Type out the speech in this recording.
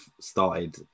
started